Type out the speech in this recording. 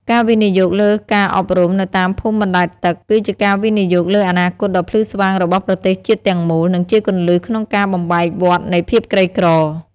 ការវិនិយោគលើការអប់រំនៅតាមភូមិបណ្តែតទឹក គឺជាការវិនិយោគលើអនាគតដ៏ភ្លឺស្វាងរបស់ប្រទេសជាតិទាំងមូល និងជាគន្លឹះក្នុងការបំបែកវដ្តនៃភាពក្រីក្រ។